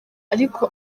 ariko